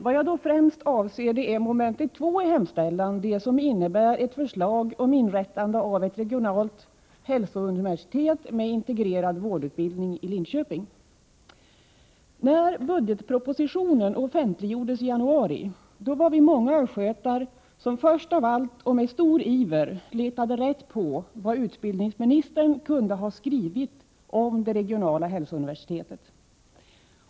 Vad jag då främst avser är mom. 2 i hemställan, som innebär inrättandet av ett regionalt hälsouniversitet med integrerad vårdutbildning i Linköping. När budgetpropositionen i januari offentliggjordes var vi många östgötar som först av allt och med stor iver letade rätt på vad utbildningsministern kunde ha skrivit om det regionala hälsouniversitetet.